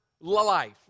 life